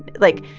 like,